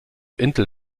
intel